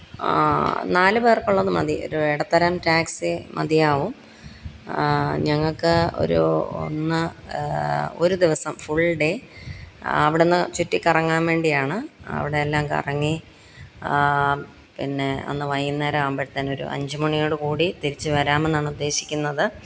നാല് പേര്ക്കുള്ളത് മതി ഒരു ഇടത്തരം ടാക്സി മതിയാവും ഞങ്ങൾക്ക് ഒരു ഒന്ന് ഒരു ദിവസം ഫുള് ഡേ അവിടെയൊന്ന് ചുറ്റിക്കറങ്ങാന് വേണ്ടിയാണ് അവിടെയെല്ലാം കറങ്ങി പിന്നെ അന്ന് വൈകുന്നേരം ആവുമ്പോഴത്തേനുമൊരു അഞ്ചുമണിയോടുകൂടി തിരിച്ചുവരാമെന്നാണ് ഉദേശിക്കുന്നത്